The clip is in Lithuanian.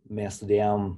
mes studijavom